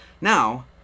now